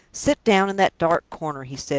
sit down in that dark corner, he said.